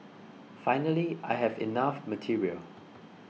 finally I have enough material